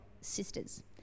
sisters